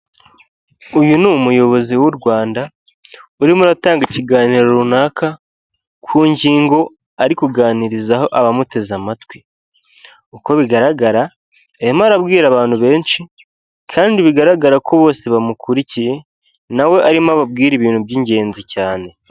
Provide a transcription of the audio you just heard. Uyu ni umuyobozi w'u Rwanda urimo atanga ikiganiro runaka ku ngingo ari kuganirizaho abamuteze amatwi, uko bigaragara arimo arabwira abantu benshi kandi bigaragara ko bose bamukurikiye nawe arimo ababwirare ibintu by'ingenzi cyane.